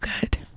good